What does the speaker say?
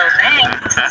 thanks